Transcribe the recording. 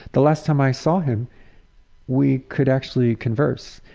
the last time i saw him we could actually converse.